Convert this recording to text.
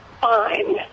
fine